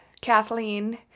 Kathleen